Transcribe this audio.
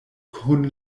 kun